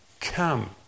Come